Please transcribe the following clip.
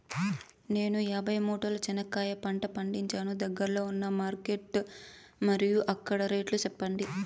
నేను యాభై మూటల చెనక్కాయ పంట పండించాను దగ్గర్లో ఉన్న మార్కెట్స్ మరియు అక్కడ రేట్లు చెప్పండి?